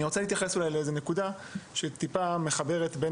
אני רוצה לדבר על נקודה שמחברת בין